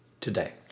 today